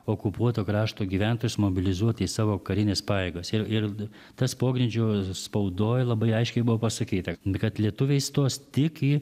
okupuoto krašto gyventojus mobilizuoti į savo karines pajėgas ir ir tas pogrindžio spaudoj labai aiškiai buvo pasakyta kad lietuviai stos tik į